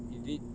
you did